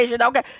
Okay